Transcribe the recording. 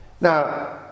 Now